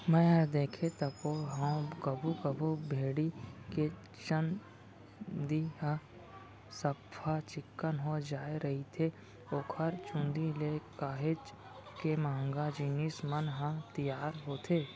मैंहर देखें तको हंव कभू कभू भेड़ी के चंूदी ह सफ्फा चिक्कन हो जाय रहिथे ओखर चुंदी ले काहेच के महंगा जिनिस मन ह तियार होथे